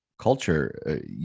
culture